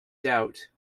doubt